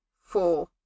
four